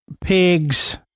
pigs